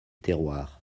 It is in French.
terroir